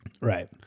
Right